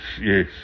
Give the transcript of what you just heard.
yes